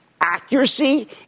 accuracy